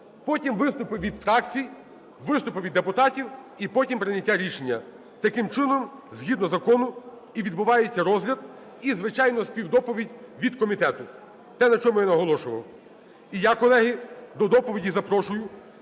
потім – виступи від фракцій, виступи від депутатів і потім прийняття рішення. Таким чином, згідно закону, і відбувається розгляд. І, звичайно, співдоповідь від комітету – те, на чому я наголошував. І я, колеги, до доповіді запрошую